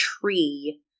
tree